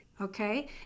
Okay